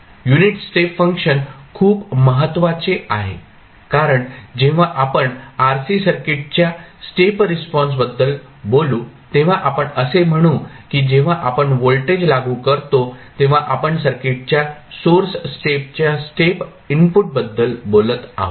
unit step function खूप महत्वाचे आहे कारण जेव्हा आपण RC सर्किटच्या स्टेप रिस्पॉन्स बद्दल बोलू तेव्हा आपण असे म्हणू की जेव्हा आपण व्होल्टेज लागू करतो तेव्हा आपण सर्किटच्या सोर्स स्टेपच्या स्टेप इनपुट बद्दल बोलत आहोत